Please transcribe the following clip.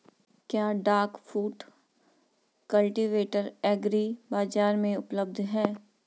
क्या duck foot cultivator agri बाज़ार में उपलब्ध है?